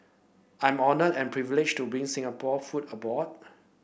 I'm honoured and privileged to bring Singapore food abroad